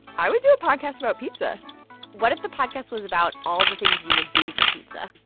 i would do a podcast about pizza what if the podcast was about all the things you would do for pizza?